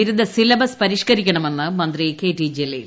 ബിരുദ സിലബസ് പ്പരിഷ്ക്കരിക്കണമെന്ന് മന്ത്രി കെ ടി ജലീൽ